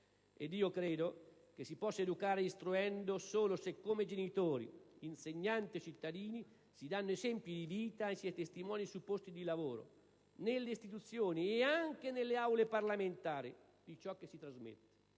io credo che si possa educare istruendo solo se come genitori, insegnanti e cittadini si danno esempi di vita e si è testimoni sui posti di lavoro, nelle istituzioni e anche nelle Aule parlamentari di ciò che si trasmette.